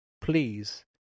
please